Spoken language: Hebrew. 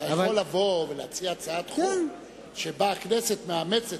אתה יכול לבוא ולהציע הצעת חוק שבה הכנסת מאמצת